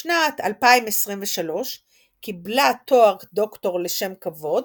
בשנת 2023 קיבלה תואר דוקטור לשם כבוד